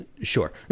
Sure